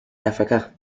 africa